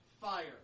fire